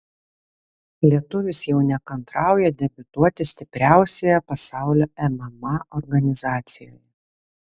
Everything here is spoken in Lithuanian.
lietuvis jau nekantrauja debiutuoti stipriausioje pasaulio mma organizacijoje